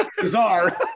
Bizarre